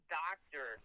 doctor